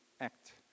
act